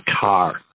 car